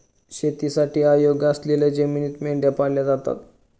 शेतीसाठी अयोग्य असलेल्या जमिनीत मेंढ्या पाळल्या जातात